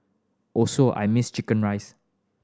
also I missed chicken rice